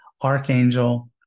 Archangel